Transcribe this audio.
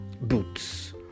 Boots